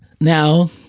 now